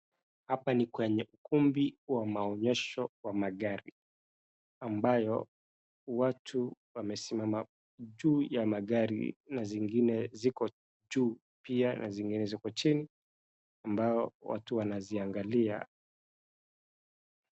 Hapa ni kwenye ukumbi wa maonyesho wa magari ambayo watu wamesimama juu ya magari na zingine ziko juu pia na zingine ziko chini ambao watu wanaziangalia.